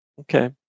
Okay